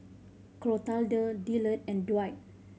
Clotilde Dillard and Dwight